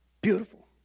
Beautiful